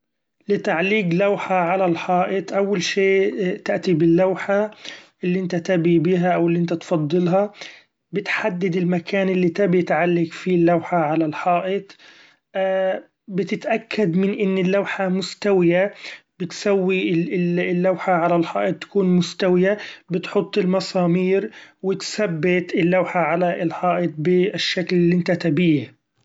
لتعليق لوحه علي الحائط أول شيء تأتي باللوحه اللي أنت تبي بها أو اللي أنت تفضلها ، بتحدد المكان اللي تبي تعلق فيه اللوحه علي الحائط بتتأكد من إن اللوحة مستوية بتسوي اللوحه علي الحائط تكون مستوية بتحط المسامير و، تثبت اللوحه علي الحائط بالشكل اللي إنت تبيه.